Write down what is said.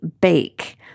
bake